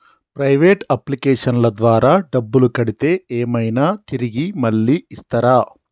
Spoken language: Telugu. ప్రైవేట్ అప్లికేషన్ల ద్వారా డబ్బులు కడితే ఏమైనా తిరిగి మళ్ళీ ఇస్తరా?